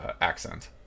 accent